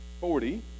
forty